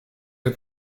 hip